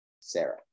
Sarah